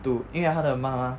to 因为他的妈妈